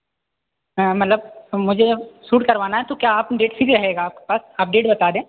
मतलब मुझे सूट करवाना है तो क्या आप डेट फ्री रहेगा आपके पास आप डेट बता दें